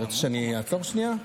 אתה רוצה שאני אעצור לשנייה?